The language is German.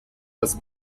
als